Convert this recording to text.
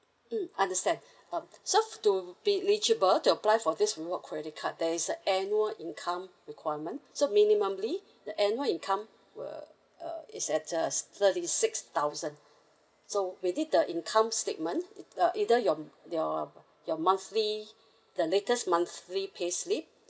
mm understand um so to be eligible to apply for this reward credit card there is a annual income requirement so minimally the annual income will uh it's at uh thirty six thousand so we need the income statement uh either your your your monthly the latest monthly payslip